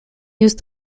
used